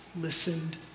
listened